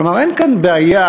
כלומר, אין כאן בעיה